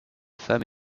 femme